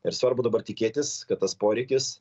ir svarbu dabar tikėtis kad tas poreikis